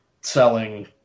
selling